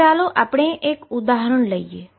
તો ચાલો આપણે એક ઉદાહરણ લઈએ